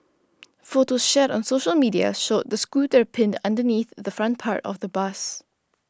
photos shared on social media showed the scooter pinned underneath the front part of the bus